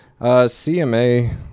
CMA